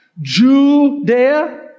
Judea